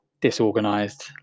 disorganized